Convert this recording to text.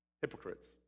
hypocrites